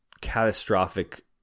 catastrophic